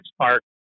Park